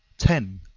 ten.